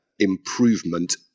improvement